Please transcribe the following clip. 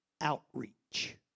outreach